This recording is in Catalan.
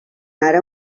ara